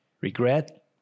Regret